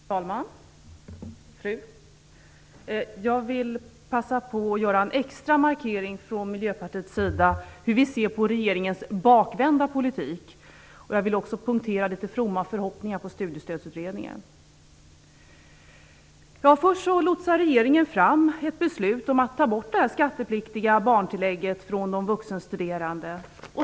Fru talman! Jag vill passa på att göra en extra markering från Miljöpartiets sida av hur vi ser på regeringens bakvända politik. Jag vill också poängtera några fromma förhoppningar på Studiestödsutredningen. Först lotsar regeringen fram ett beslut om att ta bort det skattepliktiga barntillägget från de vuxenstuderande.